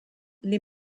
les